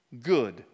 good